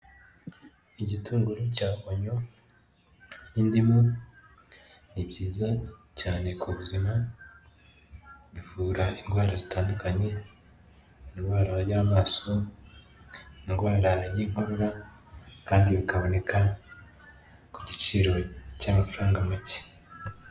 Igitunguru cya onyo, indimu ni byiza cyane ku buzima, bivura indwara zitandukanye, indwara y'amaso, indwara y'inkora kandi bikaboneka ku giciro cy'amafaranga make.